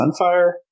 Sunfire